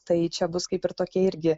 tai čia bus kaip ir tokie irgi